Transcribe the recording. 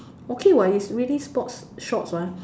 okay what is really sports shorts what